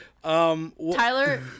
Tyler